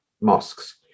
mosques